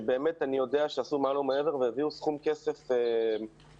שאני יודע שעשו מעל ומעבר והביאו סכום כסף יפה,